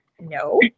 no